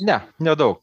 ne nedaug